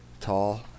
tall